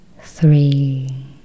Three